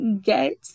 get